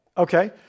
Okay